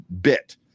bit